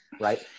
right